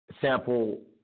sample